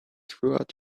throughout